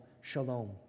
shalom